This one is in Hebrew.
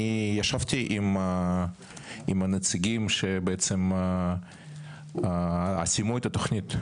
אני ישבתי עם הנציגים שבעצם סיימו את התוכנית,